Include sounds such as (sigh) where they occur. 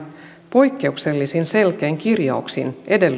poikkeuksellisen selkein (unintelligible)